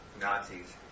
Nazis